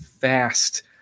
fast